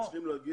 לא.